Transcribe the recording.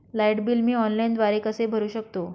Light bill मी ऑनलाईनद्वारे कसे भरु शकतो?